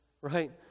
Right